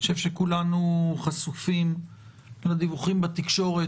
אני חושב שכולנו חשופים לדיווחים בתקשורת